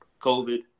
COVID